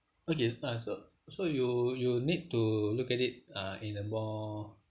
okay uh so so you you need to look at it uh in a more